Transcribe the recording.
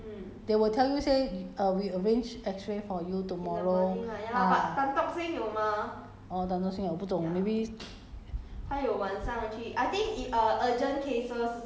I think ya may~ may~ 好像没有 mah 都是 morning 才有 X-ray 的 mah they will tell you say 你 err we arrange X-ray for you tomorrow ah orh tan tock seng 有我不懂 maybe